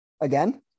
again